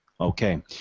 Okay